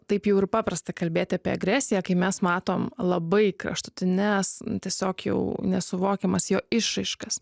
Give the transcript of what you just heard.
taip jau ir paprasta kalbėt apie agresiją kai mes matom labai kraštutines tiesiog jau nesuvokiamas jo išraiškas